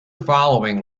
following